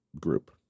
group